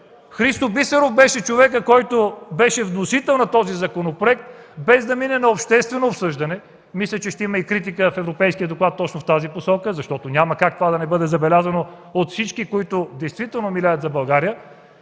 Христо Бисеров беше човекът, вносител на този законопроект, без да се мине на обществено обсъждане. Мисля, че ще има критика в Европейския доклад точно в тази посока. Няма как това да не бъде забелязано от всички, които действително милеят за България.